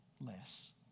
less